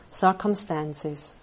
circumstances